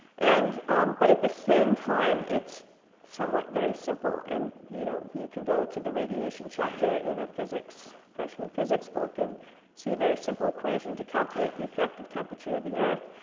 and but at the same time, it's somewhat very simple. and you know you can go to the radiation chapter in ah a freshman physics book and see a very simple equation to calculate the effect of temperature of the earth.